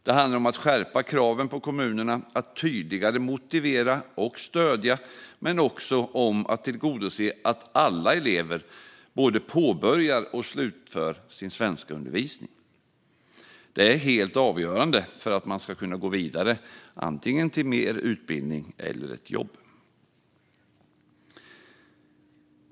Det handlade om att skärpa kraven på kommunerna att tydligare motivera och stödja men också om att tillgodose att alla elever både påbörjar och slutför sin svenskundervisning. Det är helt avgörande för att de ska kunna gå vidare till mer utbildning eller ett jobb.